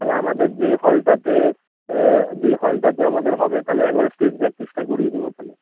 তাহলে আমাদের যেই হলটাতে যে হলটাতে আমাদের হবে তাহলে একবারে স্টেজ প্র্যাকটিসটা করিয়ে দেবো তালে